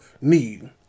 need